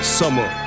summer